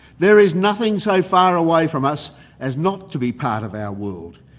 there is nothing so far away from us as not to be part of our world.